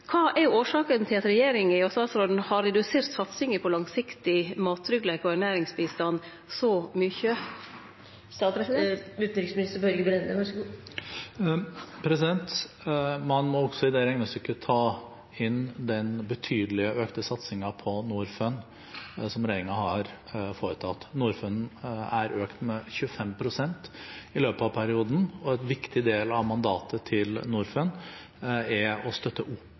er årsaka til at regjeringa og statsråden har redusert satsinga på langsiktig mattryggleik og ernæringsbistand så mykje? Man må i det regnestykket også ta inn den betydelig økte satsingen på Norfund som regjeringen har foretatt. Norfund er økt med 25 pst. i løpet av perioden, og en viktig del av Norfunds mandat er å støtte